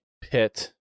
pit